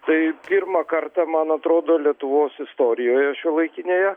tai pirmą kartą man atrodo lietuvos istorijoje šiuolaikinėje